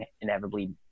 inevitably